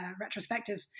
retrospective